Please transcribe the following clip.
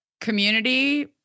community